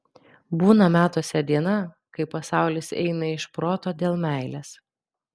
būna metuose diena kai pasaulis eina iš proto dėl meilės